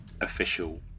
official